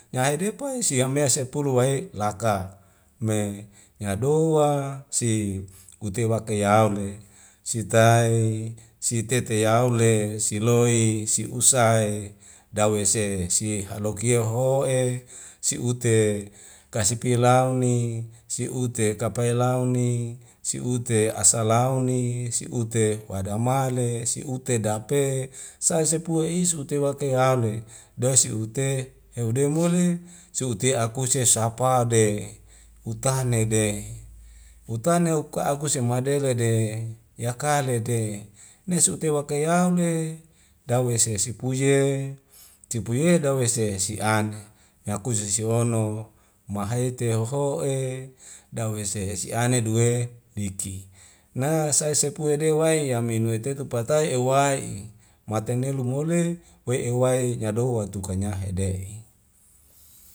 Nya ae dei poi si ame sepulu wai laka me nyadoa si kute waka ya aule sitae sitete yaule siloi si usa he dawese si halokia ho'e siute kasi pilau ni si ute kapaei lau ni siute asalau ni siute wadamale siute dape sae sepua isu tewake yaule dase ute heude mole seu ute akuse sapau de utane ne de utane wa uka akusemadele de yakale de nesu ute waka yaule dawese sese puye sipuye dawese si ane meakuse sihono mahete hoho'e dawese esi ane duwe liki na sae sepue de waeya minue tetu patae e'wa'i matanelu mole wei ewai nyadoa tuka nyahede'i